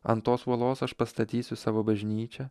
ant tos uolos aš pastatysiu savo bažnyčią